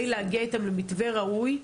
כדי להגיע איתם למתווה ראוי.